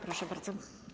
Proszę bardzo.